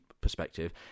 perspective